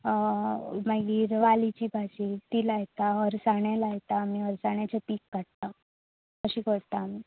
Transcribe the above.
मागीर वालीची भाजी ती लायता अळसांदे लायता आमी अळसांद्याचें पीक काडटा अशें करता आमी